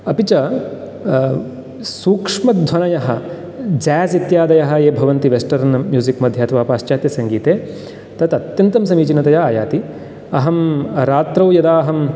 अपि च सूक्ष्मध्वनयः जेज़् इत्यादयः ये भवन्ति वेस्टर्ण् म्यूजिक् मध्ये वा पाश्चात्यसङ्गीते तत् अत्यन्तं समीचीनतया आयाति अहं रात्रौ यदाहं